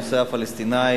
הנושא הפלסטיני,